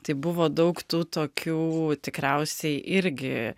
tai buvo daug tų tokių tikriausiai irgi